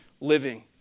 living